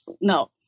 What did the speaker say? no